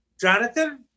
Jonathan